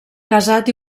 casat